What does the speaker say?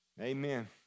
Amen